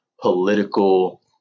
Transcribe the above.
political